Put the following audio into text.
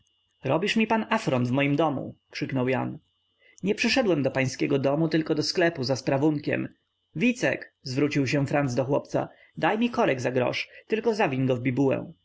robisz mi pan afront w moim domu krzyknął jan nie przyszedłem do pańskiego domu tylko do sklepu za sprawunkiem wicek zwrócił się franc do chłopca daj mi korek za grosz tylko zawiń